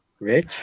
Rich